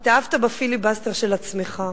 התאהבת בפיליבסטר של עצמך.